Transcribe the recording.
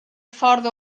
ffordd